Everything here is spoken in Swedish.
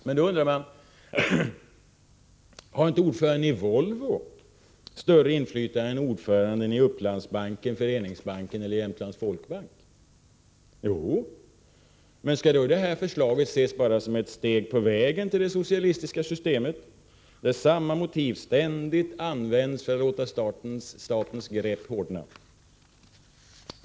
Men då undrar man: Har inte ordföranden i Volvo större inflytande än ordföranden i Uplandsbanken, Föreningsbanken eller Jämtlands Folkbank? Jo, men skall då detta förslag ses som bara ett steg på vägen till det socialistiska systemet, där samma motiv ständigt används för att låta statens grepp hårdna?